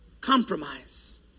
compromise